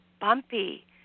bumpy